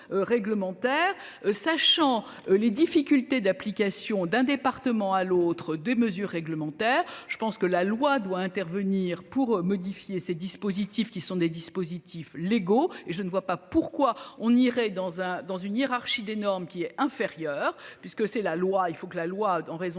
réglementaire. Sachant les difficultés d'application d'un département à l'autre des mesures réglementaires. Je pense que la loi doit intervenir pour modifier ses dispositifs qui sont des dispositifs légaux et je ne vois pas pourquoi on irait dans un dans une hiérarchie des normes qui est inférieur puisque c'est la loi, il faut que la loi en raison